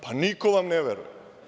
Pa, niko vam ne veruje.